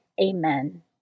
Amen